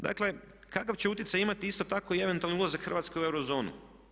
Dakle, kakav će utjecaj imati isto tako i eventualni ulazak Hrvatske u Eurozonu?